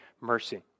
mercy